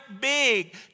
big